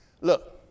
Look